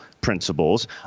principles